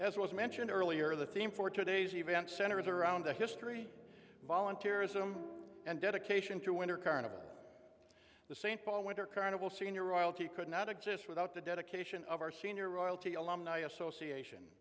as was mentioned earlier the theme for today's event centers around the history volunteer ism and dedication to winter carnival the st paul winter carnival senior royalty could not exist without the dedication of our senior royalty alumni association